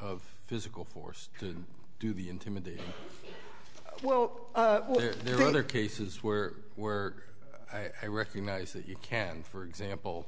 of physical force to do the intimidation well there are other cases where where i recognize that you can for example